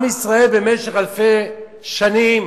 עם ישראל במשך אלפי שנים